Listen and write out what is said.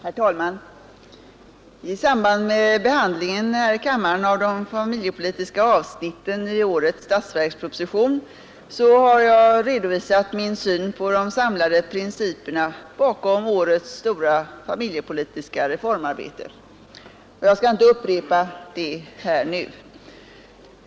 Herr talman! I samband med behandlingen här i kammaren av de familjepolitiska avsnitten i årets statsverksproposition har jag redovisat min syn på de samlade principerna bakom årets stora familjepolitiska reformarbete. Jag skall inte upprepa detta nu.